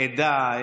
עדה,